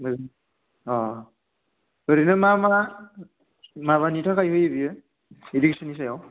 माने अ ओरैनो मा मा माबानि थाखाय होयो बियो रिसनि सायाव